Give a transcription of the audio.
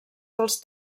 dels